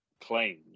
claims